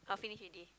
oh finish already